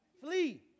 Flee